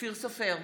אופיר סופר,